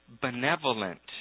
benevolent